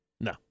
No